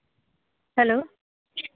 hello